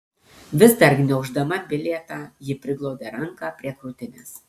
vis dar gniauždama bilietą ji priglaudė ranką prie krūtinės